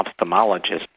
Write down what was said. ophthalmologist